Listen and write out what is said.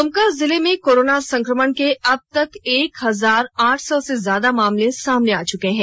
दुमका जिले में कोरोना संक्रमण के अब तक एक हजार आठ सौ से ज्यादा मामले सामने आ चुके हैं